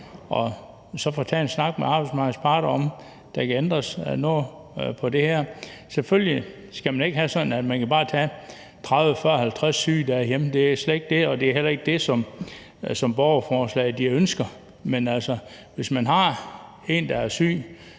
og så få taget en snak med arbejdsmarkedets parter om, om der kan ændres noget på det her. Selvfølgelig skal det ikke være sådan, at man bare kan tage 30, 40, 50 sygedage hjemme, det er slet ikke det, og det er heller ikke det, som man ønsker med borgerforslaget. Men hvis man har en, der er syg